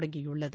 தொடங்கியுள்ளது